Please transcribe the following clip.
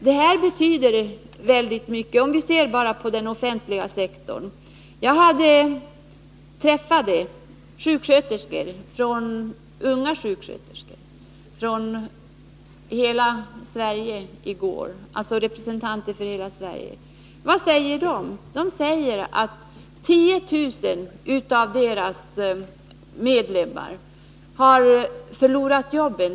Detta betyder väldigt mycket om vi ser exempelvis på den offentliga sektorn. Jag träffade unga sjuksköterskor från hela Sverige i går. Vad sade de? Jo, att 10 000 medlemmar inom deras verksamhetsområde har förlorat jobben.